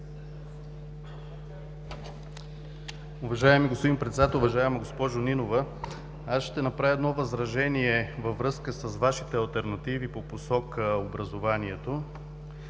Уважаеми господин Председател! Уважаема госпожо Нинова, аз ще направя едно възражение във връзка с Вашите алтернативи по посока образование,